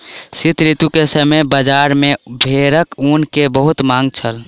शीत ऋतू के समय बजार में भेड़क ऊन के बहुत मांग छल